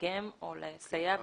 לתרגם או לסייע בתרגום.